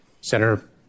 Senator